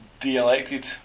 de-elected